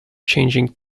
changing